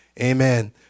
amen